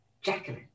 Jacqueline